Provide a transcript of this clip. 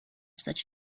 such